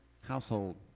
household